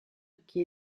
qui